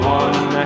one